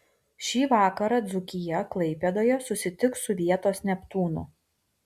šį vakarą dzūkija klaipėdoje susitiks su vietos neptūnu